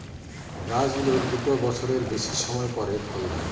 গাছ গুলোর দুটা বছরের বেশি সময় পরে ফল ধরে